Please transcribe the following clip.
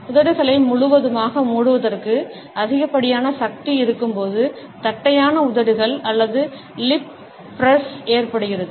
உதடுகளை முழுவதுமாக மூடுவதற்கு அதிகப்படியான சக்தி இருக்கும்போது தட்டையான உதடுகள் அல்லது லிப் பிரஸ் ஏற்படுகிறது